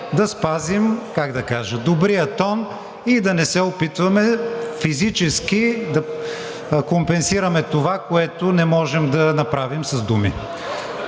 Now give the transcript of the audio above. да кажа, добрия тон и да не се опитваме физически да компенсираме това, което не можем да направим с думи